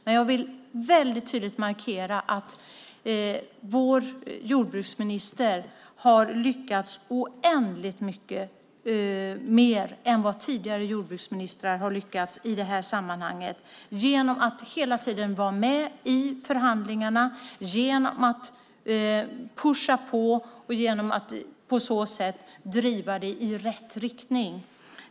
Men jag vill väldigt tydligt markera att vår jordbruksminister har lyckats med oändligt mycket mer än vad tidigare jordbruksministrar har lyckats i det här sammanhanget genom att hela tiden vara med i förhandlingarna, genom att pusha på och att driva det i rätt riktning.